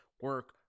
Work